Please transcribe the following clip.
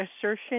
assertion